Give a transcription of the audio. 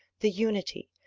the unity,